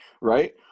Right